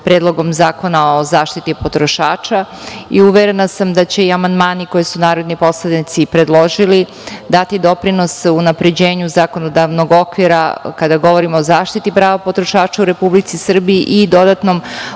Predlogom zakona o zaštiti potrošača. Uverena sam da će i amandmani koje su narodni poslanici predložili dati doprinos unapređenju zakonodavnog okvira kada govorim o zaštiti prava potrošača u Republici Srbiji i dodatnom